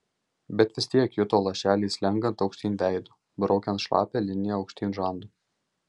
bet vis tiek juto lašelį slenkant aukštyn veidu braukiant šlapią liniją aukštyn žandu